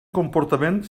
comportament